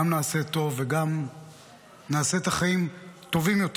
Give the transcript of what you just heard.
גם נעשה טוב וגם נעשה את החיים טובים יותר.